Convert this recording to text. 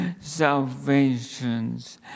salvation's